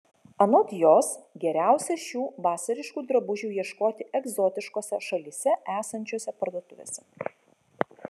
anot jos geriausia šių vasariškų drabužių ieškoti egzotiškose šalyse esančiose parduotuvėse